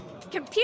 Computer